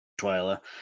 Twyla